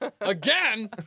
again